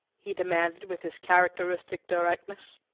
he demanded with his characteristic directness.